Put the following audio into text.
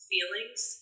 feelings